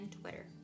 Twitter